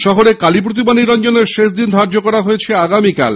শহরে কালী প্রতিমা নিরঞ্জনের শেষ দিন ধার্য করা হয়েছে আগামীকাল